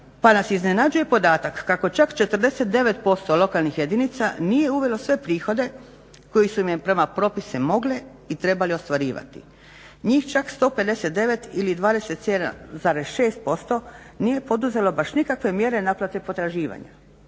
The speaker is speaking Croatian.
pa nas iznenađuje podatak kako čak 49% lokalnih jedinica nije uvelo sve prihode koje su im prema propisima mogle i trebale ostvarivati. Njih čak 159 ili 27,6% nije poduzelo baš nikakve mjere naplate potraživanja,